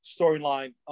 storyline